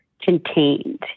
contained